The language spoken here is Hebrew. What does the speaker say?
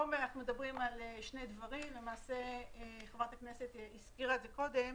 אנחנו פה מדברים על שני דברים למעשה חברת הכנסת הזכירה את זה קודם